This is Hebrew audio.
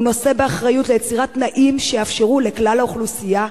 הוא נושא באחריות ליצירת תנאים שיאפשרו לכלל האוכלוסייה,